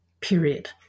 Period